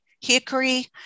hickory